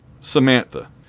Samantha